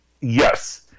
Yes